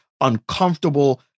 uncomfortable